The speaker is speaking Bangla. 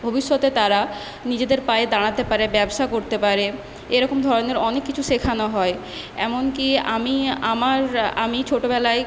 ভবিষ্যতে তারা নিজেদের পায়ে দাঁড়াতে পারে ব্যবসা করতে পারে এরকম ধরণের অনেক কিছু শেখানো হয় এমনকি আমি আমার আমি ছোটবেলায়